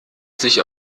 sich